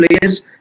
players